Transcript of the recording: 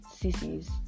sissies